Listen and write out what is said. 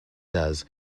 does